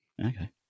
Okay